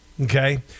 okay